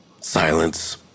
Silence